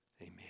amen